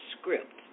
script